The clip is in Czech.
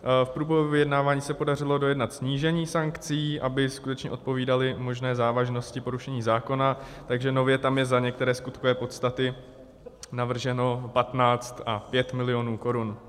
V průběhu vyjednávání se podařilo dojednat snížení sankcí, aby skutečně odpovídaly možné závažnosti porušení zákona, takže nově tam je za některé skutkové podstaty navrženo 15 a 5 milionů korun.